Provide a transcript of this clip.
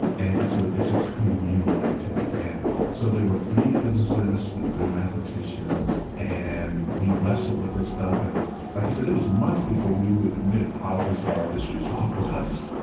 it's ah it's a communal activity. and so there were three physicists and three mathematicians, and we wrestled with this stuff. and like i said, it was months before we would admit how bizarre this result was